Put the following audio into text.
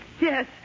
Yes